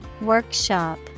Workshop